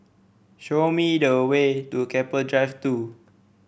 show me the way to Keppel Drive Two